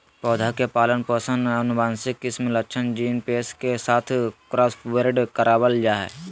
पौधा के पालन पोषण आनुवंशिक किस्म लक्षण जीन पेश के साथ क्रॉसब्रेड करबाल जा हइ